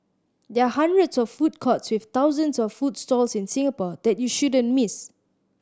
there are hundreds of food courts with thousands of food stalls in Singapore that you shouldn't miss